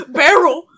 barrel